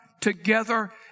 together